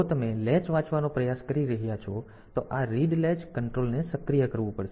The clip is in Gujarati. જો તમે લેચ વાંચવાનો પ્રયાસ કરી રહ્યા છો તો આ રીડ લેચ કંટ્રોલને સક્રિય કરવું પડશે